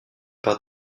par